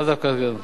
לאו דווקא,